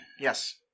Yes